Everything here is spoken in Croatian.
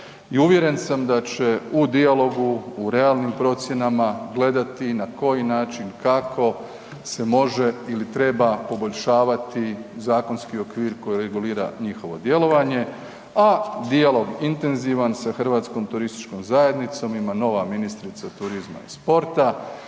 uvjeren sam da će u dijalogu u realnim procjenama gledati na koji način, kako se može ili treba poboljšavati zakonski okvir koji regulira njihovo djelovanje, a dijalog intenzivan sa Hrvatskom turističkom zajednicom ima nova ministrica turizma i sporta.